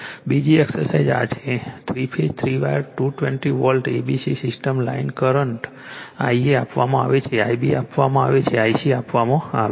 બીજી એક્સરસાઇઝ આ છે three phase three wire 220 volt a b c સિસ્ટમમાં લાઇન કરંટ Ia આપવામાં આવે છે Ib આપવામાં આવે છે Ic આપવામાં આવે છે